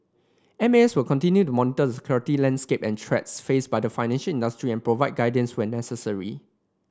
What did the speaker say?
M A S will continue to monitor the security landscape and threats faced by the financial industry and provide guidance when necessary